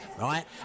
right